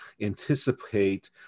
anticipate